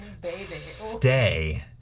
Stay